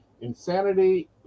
Insanity